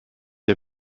der